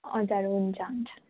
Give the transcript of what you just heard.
हजुर हुन्छ